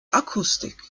akustik